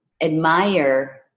admire